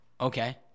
Okay